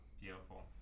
beautiful